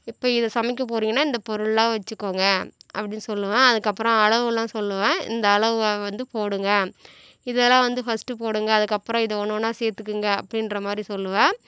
இப்போ இதை சமைக்க போறீங்கன்னால் இந்த பொருளெலாம் வச்சுக்கோங்க அப்படின்னு சொல்லுவேன் அதுக்கப்புறம் அளவெலாம் சொல்லுவேன் இந்த அளவை வந்து போடுங்கள் இதெல்லாம் வந்து ஃபஸ்ட்டு போடுங்கள் அதுக்கப்பறம் இதை ஒன்று ஒன்றா சேர்த்துக்குங்க அப்படின்ற மாதிரி சொல்லுவேன்